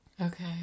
Okay